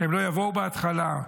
הם לא יבואו בהתחלה.